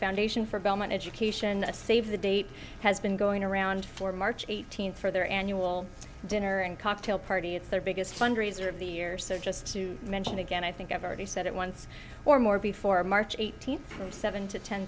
foundation for bellman education save the date has been going around for march eighteenth for their annual dinner and cocktail party it's their biggest fundraiser of the year so just to mention again i think i've already said it once or more before march eighteenth from seven to ten